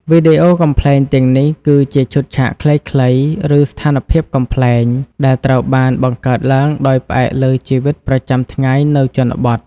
វីដេអូកំប្លែងទាំងនេះគឺ ជាឈុតឆាកខ្លីៗ ឬស្ថានភាពកំប្លែង ដែលត្រូវបានបង្កើតឡើងដោយផ្អែកលើជីវិតប្រចាំថ្ងៃនៅជនបទ។